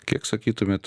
kiek sakytumėt